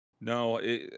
No